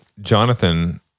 Jonathan